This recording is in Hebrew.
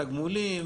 תגמולים,